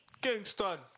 Kingston